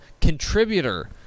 contributor